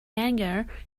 anger